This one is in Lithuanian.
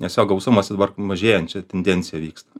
nes jo gausumas tai dabar mažėjančia tendencija vyksta